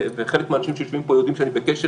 וחלק מהאנשים שיושבים פה יודעים שאני בקשר